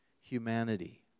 humanity